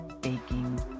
baking